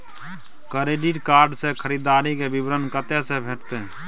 Credit card से खरीददारी के विवरण कत्ते से भेटतै?